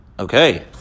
Okay